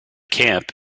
camp